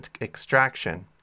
extraction